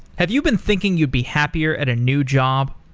have you been thinking you'd be happier at a new job?